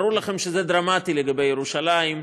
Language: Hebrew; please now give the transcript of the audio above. ברור לכם שזה דרמטי לגבי ירושלים,